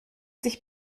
dich